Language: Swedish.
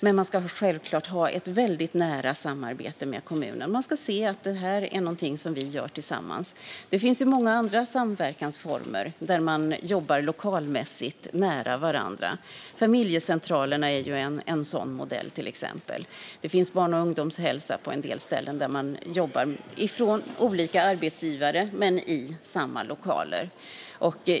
Man ska dock självklart ha ett väldigt nära samarbete med kommunen. Man ska se att detta är någonting som görs tillsammans. Det finns många andra samverkansformer där man jobbar lokalmässigt nära varandra - familjecentralerna är en sådan modell. På en del ställen finns också barn och ungdomshälsa där anställda hos olika arbetsgivare jobbar i samma lokaler.